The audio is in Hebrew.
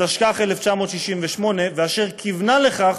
התשכ"ח 1968, ואשר כיוונה לכך